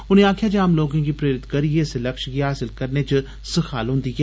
उनें आक्खेआ जे आम लोकें गी प्रेरित करियै इस लक्ष्य गी हासल करने च सखाल होन्दी ऐ